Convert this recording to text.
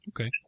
Okay